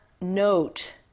note